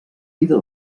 vida